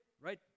right